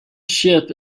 ship